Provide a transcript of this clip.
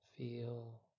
Feel